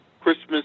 Christmas